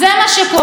עד כאן זה העובדות?